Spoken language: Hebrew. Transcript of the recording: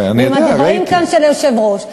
עם הדברים של היושב-ראש כאן,